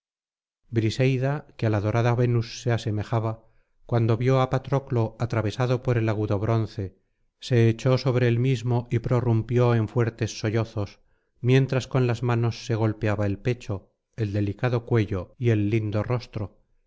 briseida que á la dorada venus se asemejaba cuando vio á patroclo atravesado por el agudo bronce se echó sobre el mismo y prorrumpió en fuertes sollozos mientras con las manos se golpeaba el pecho el delicado cuello y el lindo rostro